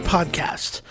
Podcast